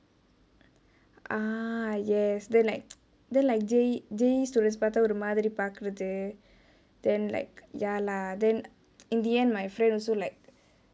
ah yes then like then like J~ J_A_E students பாத்தா ஒரு மாதிரி பாக்குறது:paatha oru maathiri paakuruthu then like ya lah then in the end my friend also like